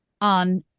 on